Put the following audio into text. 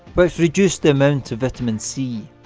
but reduced the amount of vitamin c.